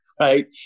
right